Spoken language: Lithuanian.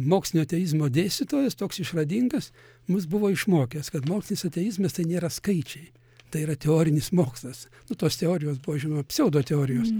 mokslinio ateizmo dėstytojas toks išradingas mus buvo išmokęs kad mokslinis ateizmas tai nėra skaičiai tai yra teorinis mokslas nu tos teorijos buvo žinoma pseudo teorijos